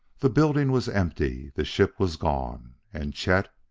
the building was empty the ship was gone. and chet!